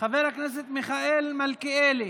חבר הכנסת מיכאל מלכיאלי,